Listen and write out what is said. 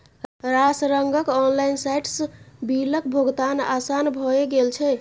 रास रंगक ऑनलाइन साइटसँ बिलक भोगतान आसान भए गेल छै